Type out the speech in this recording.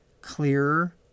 clearer